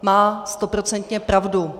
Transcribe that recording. Má stoprocentně pravdu.